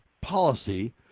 policy